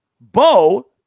Bo